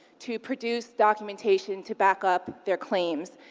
to produce documentation to back up their claims,